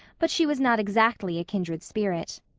but she was not exactly a kindred spirit.